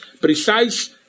precise